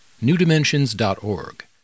newdimensions.org